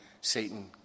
Satan